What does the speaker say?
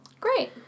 Great